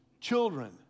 children